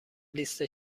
لیست